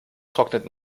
trocknet